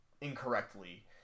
incorrectly